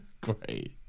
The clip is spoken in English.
great